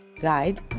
guide